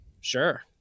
sure